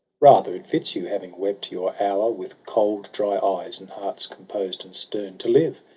rather it fits you, having wept your hour. with cold dry eyes, and hearts composed and stern, to live,